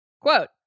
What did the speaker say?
Quote